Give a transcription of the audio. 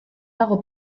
dago